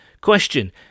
Question